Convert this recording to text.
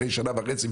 אחרי שנה וחצי,